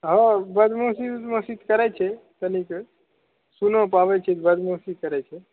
हँ बदमाशी ओदमाशी तऽ करैत छै तनि के सूनो पाबैत छै बदमाशी करैत छै